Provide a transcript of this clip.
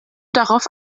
darauf